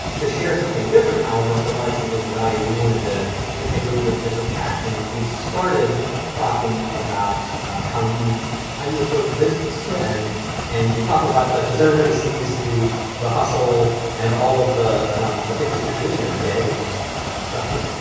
to share something different however, and provide some additional value. we wanted to to take a little bit different tact and we started talking about how you how you approach business yeah and and you talk a lot like because everybody sees the the hustle and all of the the things that you're doing every day, which is impressive.